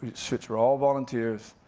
which are all volunteers.